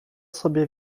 sobie